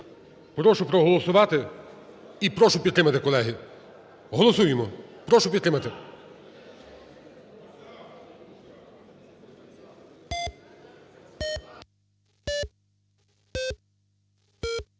Прошу проголосувати і прошу підтримати, колеги. Голосуємо. Прошу підтримати.